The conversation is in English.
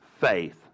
faith